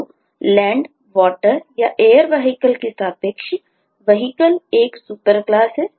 तो land water या air vehicle के सापेक्ष vehicle एक सुपर क्लास है